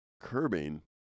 Curbing